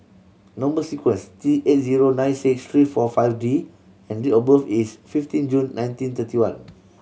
number sequence T eight zero nine six three four five D and date of birth is fifteen June nineteen thirty one